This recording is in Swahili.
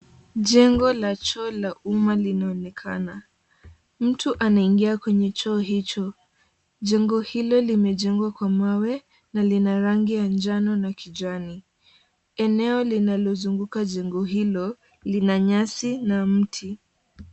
Jengo la choo la umma linaonekana, mtu anaingia kwenye choo hicho, jengo hilo limejengwa kwa mawe na lina rangi ya njano na kijani, eneo linalozunguka jengo hilo lina nyasi na mti.